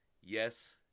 Yes